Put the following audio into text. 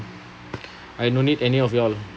I don't need any of you all